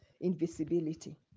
invisibility